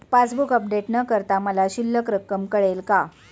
Passbook update न करता मला शिल्लक कळेल का?